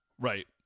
Right